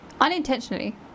unintentionally